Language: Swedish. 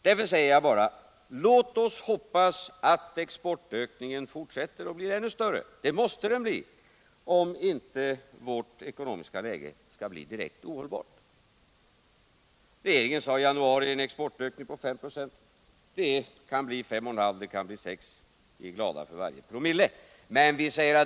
Låt oss därför hoppas att exportökningen fortsätter och blir ännu större — det måste den bli om inte vårt ekonomiska läge skall bli direkt ohållbart. Regeringen förutspådde i januari en exportökning på 5 96. Man säger nu: Det kan bli 5,5 eller 6 96 — vi är glada för varje promille.